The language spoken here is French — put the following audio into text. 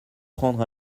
prendre